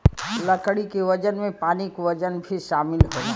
लकड़ी के वजन में पानी क वजन भी शामिल होला